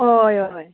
हय हय